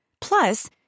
Plus